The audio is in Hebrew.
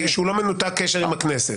שהוא לא מנותק קשר עם הכנסת.